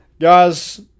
Guys